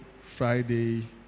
Friday